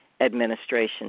administration